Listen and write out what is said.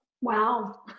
Wow